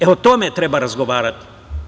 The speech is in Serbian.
E, o tome treba razgovarati.